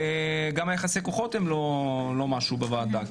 וגם יחסי הכוחות הם לא משהו בוועדה,